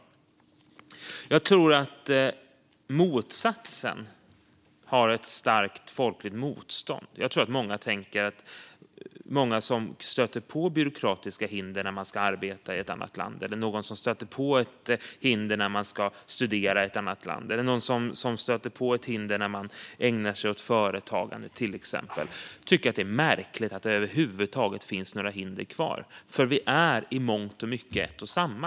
Och jag tror att det finns ett starkt folkligt motstånd mot motsatsen. Jag tror att många som stöter på byråkratiska hinder när de ska arbeta, studera eller ägna sig åt till exempel företagande i något av de andra länderna tycker att det är märkligt att det över huvud taget finns några hinder kvar. Vi är nämligen i mångt och mycket ett och samma.